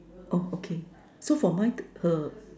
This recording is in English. oh okay so for mine her